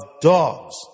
dogs